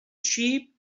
sheep